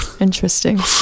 Interesting